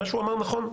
מה שהוא אמר נכון,